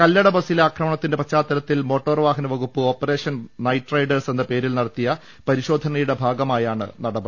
കല്ലട ബസ്സിലെ ആക്രമണത്തിന്റെ പശ്ചാത്തലത്തിൽ മോട്ടോർ വാഹനവകുപ്പ് ഓപ്പറേഷൻ നൈറ്റ് റൈഡേഴ്സ് എന്ന പേരിൽ നടത്തിയ പരിശോധനയുടെ ഭാഗമായാണ് നടപടി